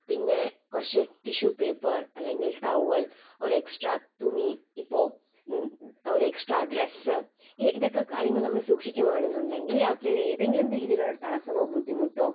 പിന്നെ കുറച്ച് tissue paper അല്ലെങ്കിൽ ടവ്വൽ ഒരു എക്സ്ട്രാ തുണി ഇപ്പോൾ ഒരു എക്സ്ട്രാ ഡ്രസ്സ് ഇതൊക്കെ കാര്യങ്ങൾ നമ്മൾ സൂക്ഷിക്കുക ആണെന്നുണ്ടെങ്കിൽ യാത്രയിൽ ഏതെങ്കിലും രീതിയിലുള്ള തടസ്സമോ ബുദ്ധിമുട്ടോ